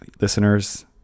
listeners